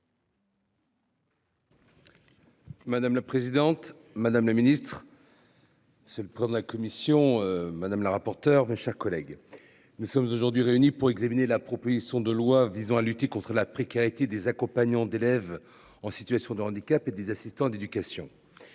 Madame la présidente, madame le Ministre.-- C'est le prendre la commission madame la rapporteure, mes chers collègues, nous sommes aujourd'hui réunis pour examiner la proposition de loi visant à lutter contre la précarité des accompagnants d'élèves en situation de handicap et des assistants d'éducation.